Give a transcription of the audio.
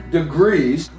degrees